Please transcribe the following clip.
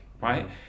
right